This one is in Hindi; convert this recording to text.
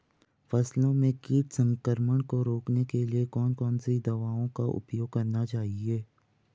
फसलों में कीट संक्रमण को रोकने के लिए कौन कौन सी दवाओं का उपयोग करना चाहिए?